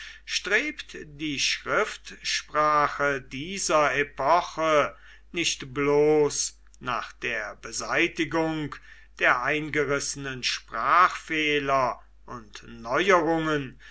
strebt die schriftsprache dieser epoche nicht bloß nach der beseitigung der eingerissenen sprachfehler und neuerungen